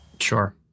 Sure